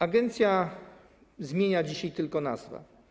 Agencja zmienia dzisiaj tylko nazwę.